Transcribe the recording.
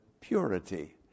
purity